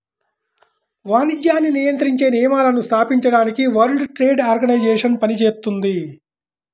వాణిజ్యాన్ని నియంత్రించే నియమాలను స్థాపించడానికి వరల్డ్ ట్రేడ్ ఆర్గనైజేషన్ పనిచేత్తుంది